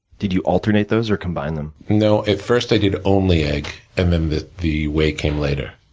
did you alternate those, or combine them? no, at first, i did only egg, and then the the whey came later.